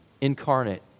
incarnate